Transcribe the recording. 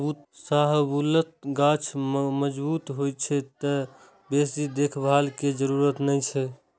शाहबलूत गाछ मजगूत होइ छै, तें बेसी देखभाल के जरूरत नै छै